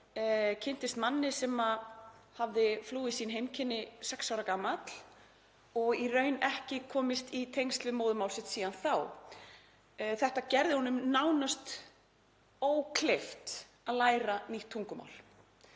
kynntist manni sem hafði flúið sín heimkynni sex ára gamall og í raun ekki komist í tengsl við móðurmál sitt síðan þá. Þetta gerði honum nánast ókleift að læra nýtt tungumál